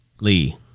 Lee